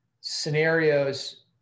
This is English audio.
scenarios